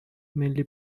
ملی